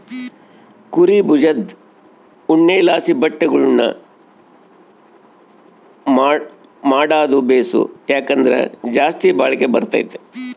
ಕುರೀ ಬುಜದ್ ಉಣ್ಣೆಲಾಸಿ ಬಟ್ಟೆಗುಳ್ನ ಮಾಡಾದು ಬೇಸು, ಯಾಕಂದ್ರ ಜಾಸ್ತಿ ಬಾಳಿಕೆ ಬರ್ತತೆ